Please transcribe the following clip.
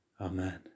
Amen